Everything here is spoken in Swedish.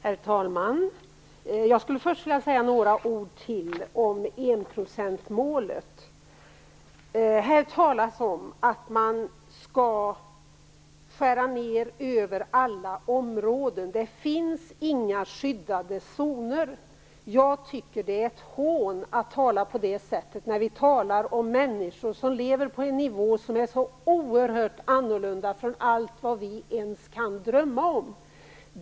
Herr talman! Jag skulle först vilja säga några ord till om enprocentsmålet. Här talas om att det skall skäras ned över alla områden, att det inte finns några skyddade zoner. Jag tycker att det är ett hån att tala på det sättet, när det gäller människor som lever på en nivå som är så oerhört annorlunda att vi inte ens kan föreställa oss det.